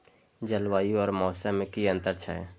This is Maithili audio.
जलवायु और मौसम में कि अंतर छै?